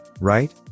right